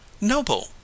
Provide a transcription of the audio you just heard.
Noble